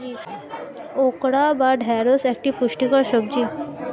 okra বা ঢ্যাঁড়স একটি পুষ্টিকর সবজি